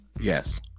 Yes